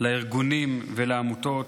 לארגונים ולעמותות,